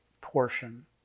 portion